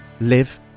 live